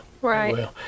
Right